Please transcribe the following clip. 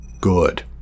Good